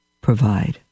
provide